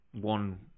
One